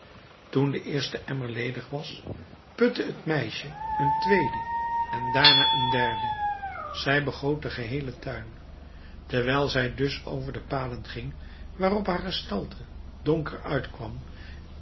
toen de eerste emmer ledig was putte het meisje een tweeden en daarna een derden zij begoot den geheelen tuin terwijl zij dus over de paden ging waarop haar gestalte donker uitkwam